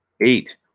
eight